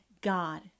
God